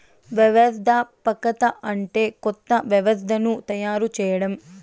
వ్యవస్థాపకత అంటే కొత్త వ్యవస్థను తయారు చేయడం